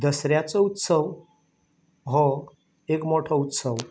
दसऱ्याचो उत्सव हो एक मोठो उत्सव